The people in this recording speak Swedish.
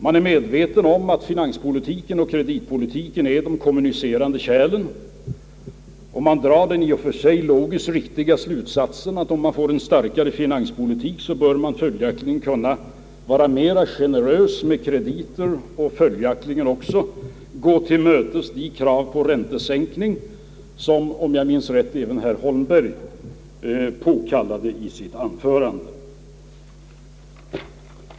Man är medveten om att finanspolitiken och kreditpolitiken är kom municerande kärl och man drar den i och för sig logiskt riktiga slutsatsen, att om man får en stark finanspolitik, bör man faktiskt kunna vara mera generös med krediter och följaktligen också kunna tillmötesgå de krav på räntesänkning som om jag minns rätt även herr Holmberg framförde i sitt anförande.